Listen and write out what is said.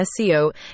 SEO